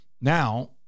Now